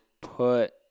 put